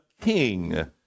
king